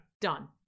done